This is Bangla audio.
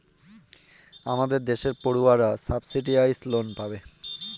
আমাদের দেশের পড়ুয়ারা সাবসিডাইস লোন পাবে